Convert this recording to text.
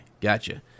Gotcha